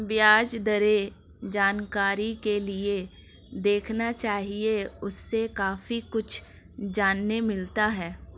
ब्याज दरें जानकारी के लिए देखना चाहिए, उससे काफी कुछ जानने मिलता है